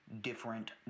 different